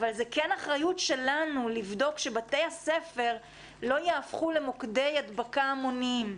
אבל זה כן אחריות שלנו לבדוק שבתי הספר לא יהפכו למוקדי הדבקה המוניים.